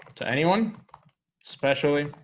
to anyone especially